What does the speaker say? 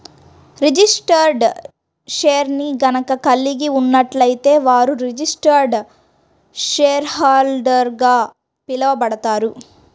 registered షేర్ని గనక కలిగి ఉన్నట్లయితే వారు రిజిస్టర్డ్ షేర్హోల్డర్గా పిలవబడతారు